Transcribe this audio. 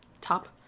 top